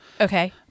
okay